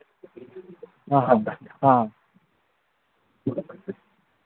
ꯑ ꯑ ꯑ ꯑ